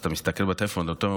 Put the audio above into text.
ואז אתה מסתכל בטלפון ואומר,